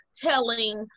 telling